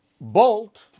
bolt